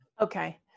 Okay